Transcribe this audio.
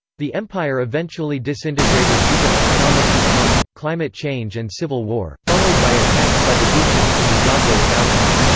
the empire eventually disintegrated due to economic decline, climate change and civil war, followed by attacks by the gutians from the zagros mountains.